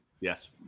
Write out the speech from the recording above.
Yes